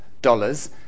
dollars